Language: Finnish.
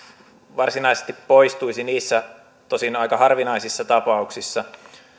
varsinaisesti poistuisi niissä tosin aika harvinaisissa tapauksissa